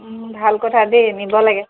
ভাল কথা দেই নিব লাগে